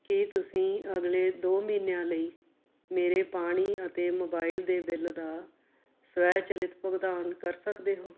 ਕੀ ਤੁਸੀਂਂ ਅਗਲੇ ਦੋ ਮਹੀਨਿਆਂ ਲਈ ਮੇਰੇ ਪਾਣੀ ਅਤੇ ਮੋਬਾਈਲ ਦੇ ਬਿੱਲ ਦਾ ਸਵੈਚਲਿਤ ਭੁਗਤਾਨ ਕਰ ਸਕਦੇ ਹੋ